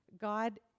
God